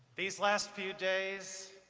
these last few days,